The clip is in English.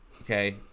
Okay